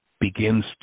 begins